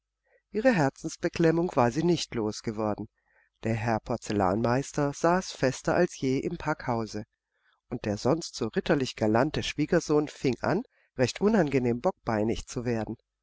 ihre herzensbeklemmung war sie nicht losgeworden der herr porzellanmaler saß fester als je im packhause und der sonst so ritterlich galante schwiegersohn fing an recht unangenehm bockbeinig zu werden